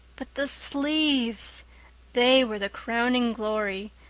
but the sleeves they were the crowning glory!